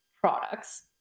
products